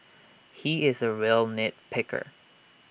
he is A real nit picker